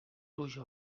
pluja